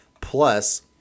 plus